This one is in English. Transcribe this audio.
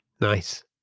Nice